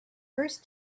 first